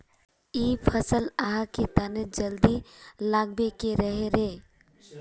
इ फसल आहाँ के तने जल्दी लागबे के रहे रे?